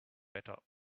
better